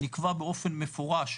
נקבע באופן מפורש,